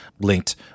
linked